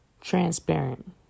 transparent